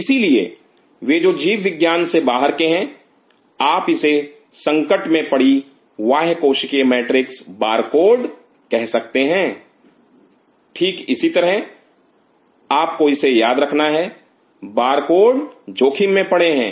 इसलिए वे जो जीव विज्ञान से बाहर के हैं आप इसे संकट में पड़ी बाह्य कोशिकीय मैट्रिक्स बारकोड कह सकते हैं ठीक इसी तरह आपको इसे याद रखना है बारकोड जोखिम में पड़े हैं